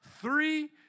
three